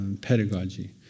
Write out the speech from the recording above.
pedagogy